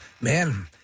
Man